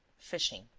fishing.